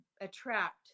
attract